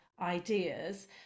ideas